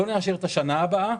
בואו נאשר את השנה הבאה.